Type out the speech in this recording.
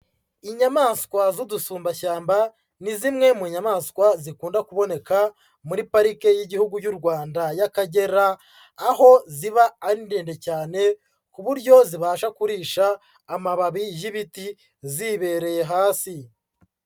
Inyamaswa z'udusumbashyamba, ni zimwe mu nyamaswa zikunda kuboneka muri Parike y'Igihugu y'u Rwanda y'Akagera, aho ziba ari ndende cyane ku buryo zibasha kurisha amababi y'ibiti zibereye hasi.